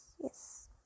yes